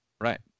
Right